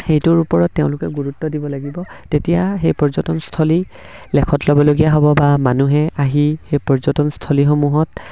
সেইটোৰ ওপৰত তেওঁলোকে গুৰুত্ব দিব লাগিব তেতিয়া সেই পৰ্যটনস্থলী লেখত ল'বলগীয়া হ'ব বা মানুহে আহি সেই পৰ্যটনস্থলীসমূহত